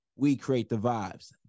WeCreateTheVibes